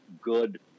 good